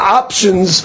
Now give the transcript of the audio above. options